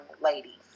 ladies